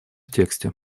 тексте